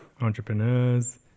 entrepreneurs